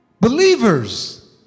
Believers